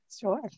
Sure